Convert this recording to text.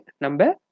Number